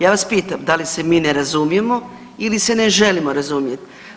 Ja vas pitam da li se mi ne razumijemo ili se ne želimo razumjeti.